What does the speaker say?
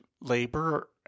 labor